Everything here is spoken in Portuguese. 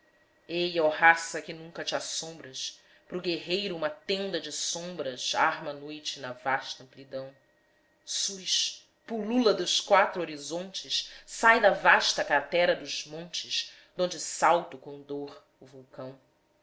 ó raça que nunca te assombras pra o guerreiro uma tenda de sombras arma a noite na vasta amplidão sus pulula dos quatro horizontes sai da vasta cratera dos montes donde salta o condor o vulcão